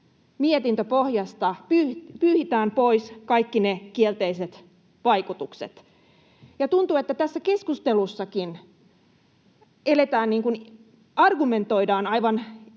mietintöpohjasta pyyhitään pois kaikki ne kielteiset vaikutukset. Tuntuu, että tässäkin keskustelussa argumentoidaan aivan